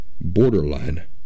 borderline